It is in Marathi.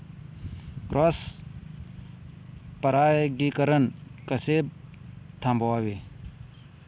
क्रॉस परागीकरण कसे थांबवावे?